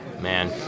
man